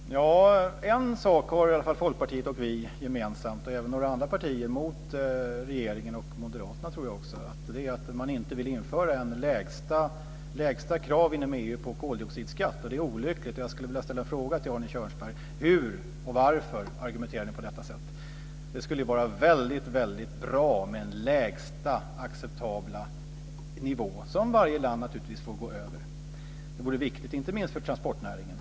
Fru talman! En sak har i alla fall vi och Folkpartiet, och även några andra partier, gemensamt mot regeringen och också Moderaterna tror jag. Det är att man inte vill införa ett lägsta krav inom EU på koldioxidskatt. Det är olyckligt, och jag skulle vilja ställa en fråga till Arne Kjörnsberg om hur och varför ni argumenterar på detta sätt. Det skulle vara väldigt bra med en lägsta acceptabel nivå, som varje land naturligtvis får gå över. Det vore inte minst viktigt för transportnäringen.